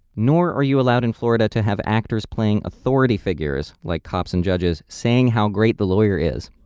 nor are you allowed in florida to have actors playing authority figures like cops and judges saying how great the lawyer is.